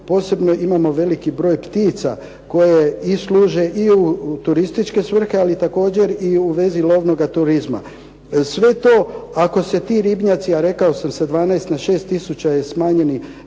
Posebno imamo veliki broj ptica koje i služe i u turističke svrhe, ali također i u vezi lovnoga turizma. Sve to ako se ti ribnjaci, a rekao sam sa 12 na 6 tisuća je smanjeni